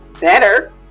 better